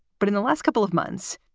but in the last couple of months,